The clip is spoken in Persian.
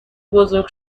بزرگ